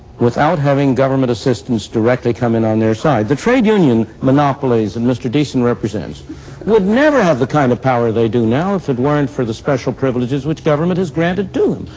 without having government assistance directly come in on their side. the trade union monopolies that and mr. deason represents would never have the kind of power they do now if it weren't for the special privileges which government has granted to them.